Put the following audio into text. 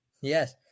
Yes